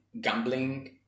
gambling